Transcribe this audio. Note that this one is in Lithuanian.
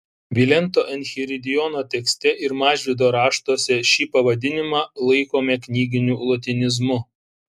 vilento enchiridiono tekste ir mažvydo raštuose šį pavadinimą laikome knyginiu lotynizmu